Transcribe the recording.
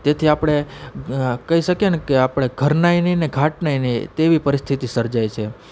તેથી આપણે કહી શકીએ ને કે આપણે ઘરના ય નહીં ને ઘાટના યે નહીં તેવી પરિસ્થિતિ સર્જાય છે